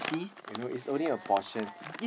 you know it's only a portion